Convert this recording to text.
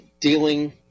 dealing